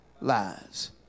lies